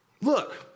look